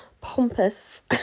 pompous